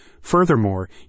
Furthermore